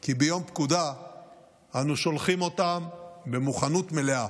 כי ביום פקודה אנו שולחים אותם במוכנות מלאה.